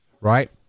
right